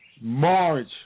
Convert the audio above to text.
March